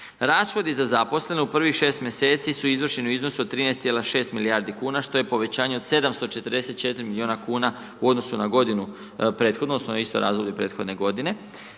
Rashodi za zaposlene u prvih 6 mjeseci su izvršeni u iznosu od 13,6 milijardi kuna što je povećanje od 744 milijuna kuna u odnosu na godinu prethodnu, odnosno na isto razdoblje prethodne godine